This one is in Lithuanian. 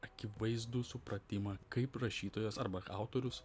akivaizdų supratimą kaip rašytojas arba autorius